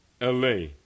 LA